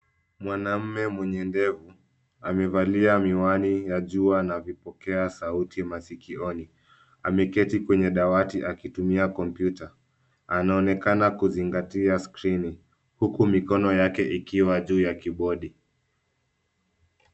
Mwanaume mwenye ndevu amevalia miwani ya jua na vipokea sauti masikioni, ameketi kwenye dawati akitumia kompyuta. Anaonekana kuzingatia skrini huku mikono yake ikiwa juu ya kibodi.